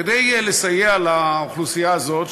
כדי לסייע לאוכלוסייה הזאת,